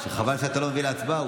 שחבל שאתה לא מביא להצבעה.